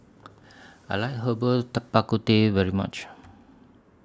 I like Herbal Bak Ku Teh very much